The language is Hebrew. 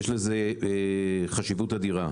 יש לזה חשיבות אדירה.